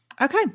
Okay